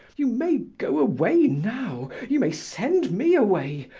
you may go away now, you may send me away!